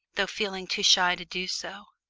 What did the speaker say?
though feeling too shy to do so.